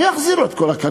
מי יחזיר לו את כל הקדנציה?